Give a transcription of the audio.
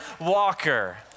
walker